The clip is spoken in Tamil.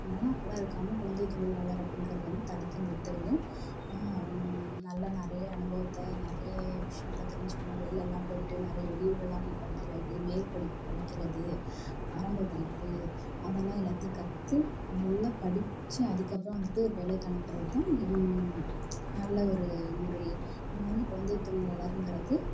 அதனால் அப்படிலாம் இருக்காமல் குழந்தை தொழிலாளர் அப்படிங்குறது வந்து தடுத்து நிறுத்த வேண்டும் நல்ல நிறைய அனுபவத்தை நிறைய விஷயங்களை தெரிஞ்சிக்கணும் வெளிலேலாம் போய்ட்டு வெளி ஊரெல்லாம் போய் படிக்கிறது மேற்படிப்பு படிக்கிறது ஆரம்ப படிப்பு அதெல்லாம் எல்லாத்தையும் கற்று நல்லா படித்து அதுக்கப்பறம் வந்துட்டு வேலைக்கு அனுப்புறதுதான் நல்ல ஒரு முறை இந்தமாதிரி குழந்தை தொழிலாளருங்கிறது